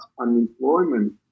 unemployment